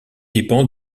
dépend